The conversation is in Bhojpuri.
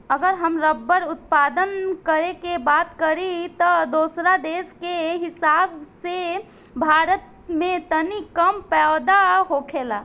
अगर हम रबड़ उत्पादन करे के बात करी त दोसरा देश के हिसाब से भारत में तनी कम पैदा होखेला